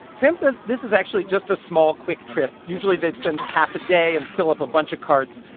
sam says this is actually just a small, quick trip. usually they'd spend half a day and fill up a bunch of carts.